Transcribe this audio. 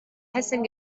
hessen